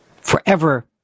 forever